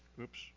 Oops